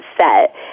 set